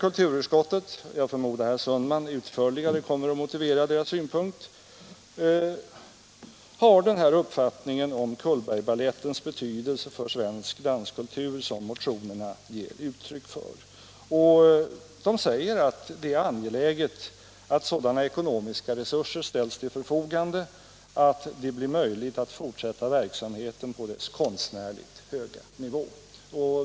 Utskottet — jag förmodar att herr Sundman utförligare kommer att motivera dess synpunkter — har samma uppfattning om Cullbergbalettens betydelse för svensk danskultur som den motionerna ger uttryck för och anför att det är ”angeläget att sådana ekonomiska resurser ställs till förfogande att det bli möjligt att fortsätta verksamheten på dess konstnärligt höga nivå”.